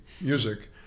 music